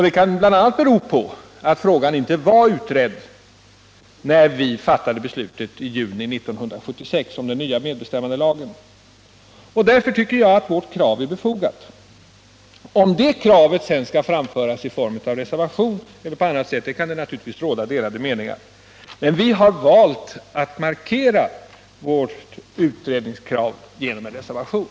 Det kan bl.a. bero på att frågan inte var utredd när vi i juni 1976 fattade beslut om den nya medbestämmandelagen. Därför tycker jag att vårt krav är befogat. Om sedan det kravet skall framföras i form av en reservation eller på annat sätt kan det naturligtvis råda delade meningar om. Men vi har valt att markera vårt utredningskrav i form av en reservation.